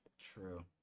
true